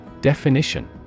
Definition